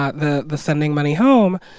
ah the the sending money home,